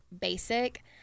basic